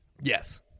yes